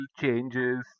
changes